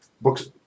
books